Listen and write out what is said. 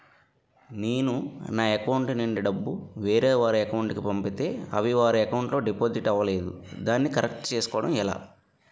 నేను నా అకౌంట్ నుండి డబ్బు వేరే వారి అకౌంట్ కు పంపితే అవి వారి అకౌంట్ లొ డిపాజిట్ అవలేదు దానిని కరెక్ట్ చేసుకోవడం ఎలా?